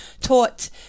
taught